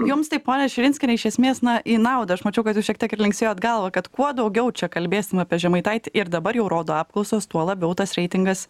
jums tai ponia širinskiene iš esmės na į naudą aš mačiau kad jūs šiek tiek ir linksėjot galvą kad kuo daugiau čia kalbėsim apie žemaitaitį ir dabar jau rodo apklausos tuo labiau tas reitingas